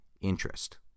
interest